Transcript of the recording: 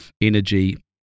energy